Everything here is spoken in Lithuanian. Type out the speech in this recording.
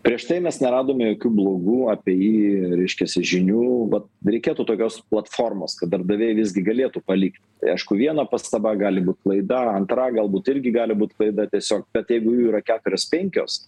prieš tai mes neradome jokių blogų apie jį reiškiasi žinių vat reikėtų tokios platformos kad darbdaviai visgi galėtų palikt aišku viena pastaba gali būt klaida antra galbūt irgi gali būt klaida tiesiog bet jeigu jų yra keturios penkios